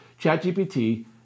ChatGPT